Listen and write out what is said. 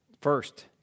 First